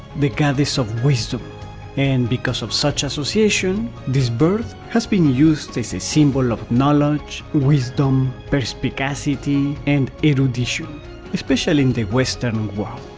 the goddess of wisdom and because of such association this bird has been used as a symbol of knowedge, wisdom, perspicacity and erudition especially in the western world.